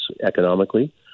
economically